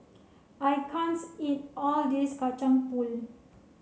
I can't eat all of this Kacang Pool